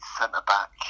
centre-back